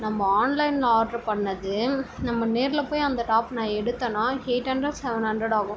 நம்ப ஆன்லைனில் ஆர்ட்ரு பண்ணது நம்ம நேரில் போய் அந்த டாப்பை நான் எடுத்தேன்னா எயிட் ஹண்ட்ரட் செவன் ஹண்ட்ரட் ஆகும்